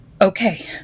Okay